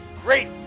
great